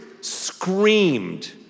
screamed